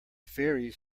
faeries